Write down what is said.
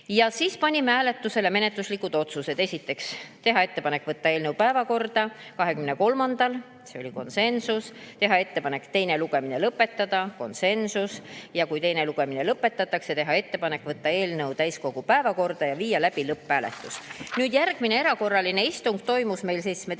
Siis panime hääletusele menetluslikud otsused. Esiteks, teha ettepanek võtta eelnõu päevakorda 23. novembril (selles oli konsensus). Teiseks, teha ettepanek teine lugemine lõpetada (konsensus) ning kui teine lugemine lõpetatakse, teha ettepanek võtta eelnõu täiskogu päevakorda ja viia läbi lõpphääletus. Järgmine erakorraline istung toimus meil 17. novembril.